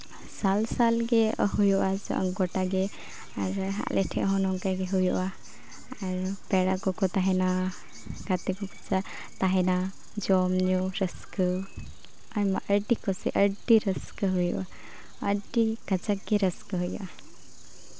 ᱥᱟᱞ ᱥᱟᱞᱜᱮ ᱦᱩᱭᱩᱜᱼᱟ ᱜᱳᱴᱟᱜᱮ ᱟᱨ ᱟᱞᱮ ᱴᱷᱮᱡ ᱦᱚᱸ ᱱᱚᱝᱠᱟ ᱜᱮ ᱦᱩᱭᱩᱜᱼᱟ ᱟᱨ ᱯᱮᱲᱟ ᱠᱚᱠᱚ ᱛᱟᱦᱮᱱᱟ ᱜᱟᱛᱮ ᱠᱚᱠᱚ ᱛᱟᱦᱮᱱᱟ ᱡᱚᱢ ᱧᱩ ᱨᱟᱹᱥᱠᱟᱹ ᱟᱭᱢᱟ ᱟᱹᱰᱤ ᱠᱩᱥᱤ ᱟᱹᱰᱤ ᱨᱟᱹᱥᱠᱟᱹ ᱦᱩᱭᱩᱜᱼᱟ ᱟᱹᱰᱤ ᱠᱟᱡᱟᱠ ᱜᱮ ᱨᱟᱹᱥᱠᱟᱹ ᱦᱩᱭᱩᱜᱼᱟ